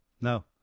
No